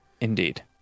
indeed